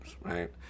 right